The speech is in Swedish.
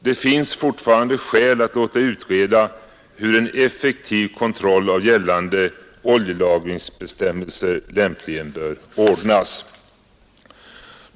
Det finns fortfarande skäl att låta utreda hur en effektiv kontroll av gällande oljelagringsbestämmelser lämpligen bör ordnas.